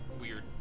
weird